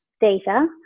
data